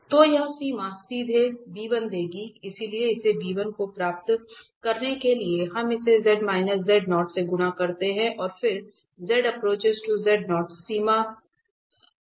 तो यह सीमा हमें सीधे देगी इसलिए इसे को प्राप्त करने के लिए हम इसे से गुणा करते हैं और फिर सीमा लेते हैं